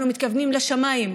אנחנו מתכוונים לשמיים,